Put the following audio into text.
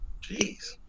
Jeez